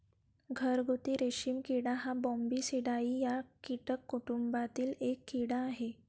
घरगुती रेशीम किडा हा बॉम्बीसिडाई या कीटक कुटुंबातील एक कीड़ा आहे